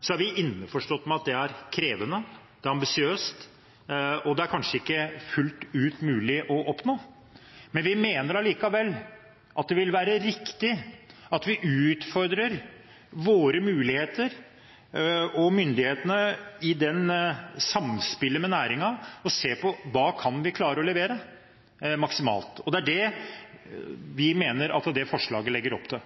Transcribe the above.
er vi innforstått med at det er krevende, det er ambisiøst, og det er kanskje ikke fullt ut mulig å oppnå. Vi mener likevel at det vil være riktig at vi utfordrer våre muligheter og myndighetene i samspillet med næringen, og ser på hva vi maksimalt kan klare å levere. Det er det vi mener at det forslaget legger opp til,